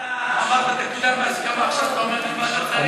אמרת תקודם בהסכמה, עכשיו אתה אומר ועדת שרים?